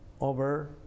over